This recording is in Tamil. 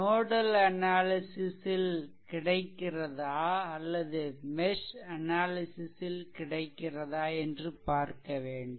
நோடல் அனாலிசிஷ் ல் கிடைக்கிறதா அல்லது மெஷ் அனாலிசிஷ் ல் கிடைக்கிறதா என்று பார்க்க வேண்டும்